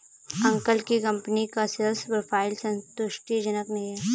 uncle की company का sales profile संतुष्टिजनक नही है